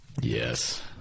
Yes